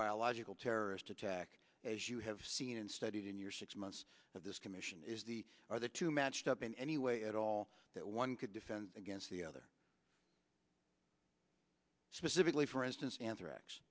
biological terrorist attack as you have seen and studied in your six months of this commission is the are the two matched up in any way at all that one could defend against the other specifically for instance anthrax